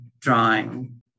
drawing